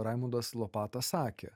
raimundas lopata sakė